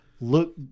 look